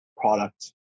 product